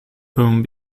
whom